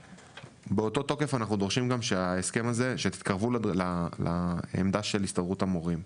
באותו תוקף אנחנו דורשים שתתקרבו לעמדה של הסתדרות המורים,